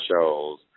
shows